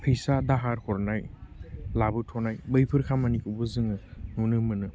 फैसा दाहार हरनाय लाबोथ'नाय बैफोर खामानिखौबो जोङो नुनो मोनो